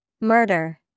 Murder